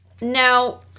Now